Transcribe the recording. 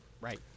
Right